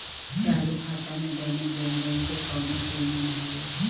चालू खाता में दैनिक लेनदेन के कवनो सीमा ना होला